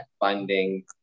funding